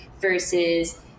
versus